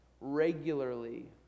regularly